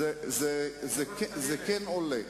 אז אתם בליכוד ויתרתם על המשחק הפרלמנטרי.